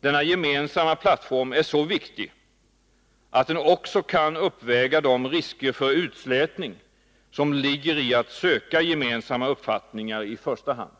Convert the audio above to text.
Denna gemensamma plattform är så viktig att den också kan uppväga de risker för utslätning som ligger i att söka gemensamma uppfattningar i första hand.